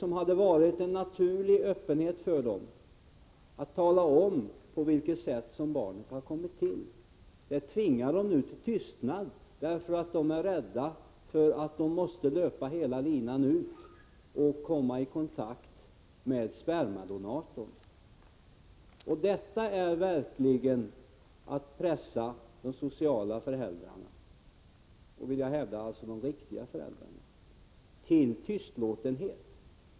Det naturliga för dem hade varit öppenhet, att tala om på vilket sätt barnet har kommit till, men nu tvingas de till tystnad därför att de är rädda för att löpa hela linan ut och komma i kontakt med spermadonatorn. Detta är verkligen att pressa de sociala föräldrarna — som jag hävdar är de riktiga föräldrarna — till tystlåtenhet.